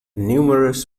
numerous